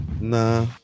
Nah